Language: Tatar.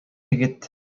егет